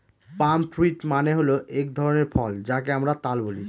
পাম fruit মানে হল এক ধরনের ফল যাকে আমরা তাল বলি